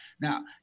now